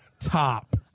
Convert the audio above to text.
top